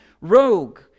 rogue